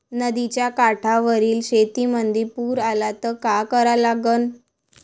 नदीच्या काठावरील शेतीमंदी पूर आला त का करा लागन?